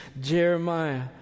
Jeremiah